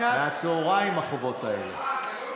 החובות האלה מהצוהריים.